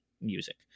music